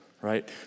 right